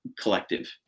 collective